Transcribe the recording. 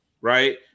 right